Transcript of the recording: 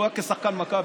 כשהוא היה שחקן מכבי.